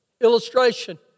Illustration